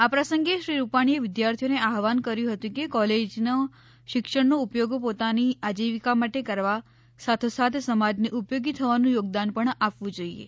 આ પ્રસંગે શ્રી રૂપાણીએ વિદ્યાર્થીઓને આહવાન કર્યું હતું કે કોલેજના શિક્ષણનો ઉપયોગ પોતાની આજીવિકા માટે કરવા સાથોસાથ સમાજને ઉપયોગી થવાનું યોગદાન પણ આપવું જોઈએ